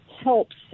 helps